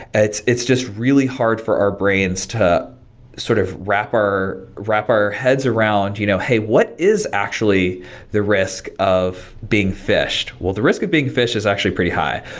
it's it's just really hard for our brains to sort of wrap our wrap our heads around, you know hey, what is actually the risk of being phished? well the risk of being phished is actually pretty high.